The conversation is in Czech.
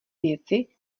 věci